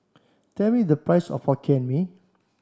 tell me the price of Hokkien Mee